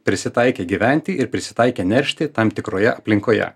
prisitaikę gyventi ir prisitaikę neršti tam tikroje aplinkoje